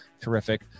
terrific